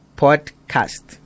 podcast